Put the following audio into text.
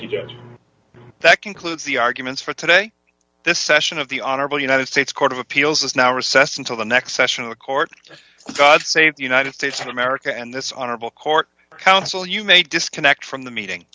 judge that concludes the arguments for today this session of the honorable united states court of appeals is now recess until the next session of the court god save the united states of america and this honorable court counsel you may disconnect from the meeting